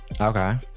Okay